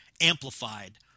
amplified